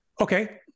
Okay